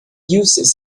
uses